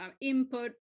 input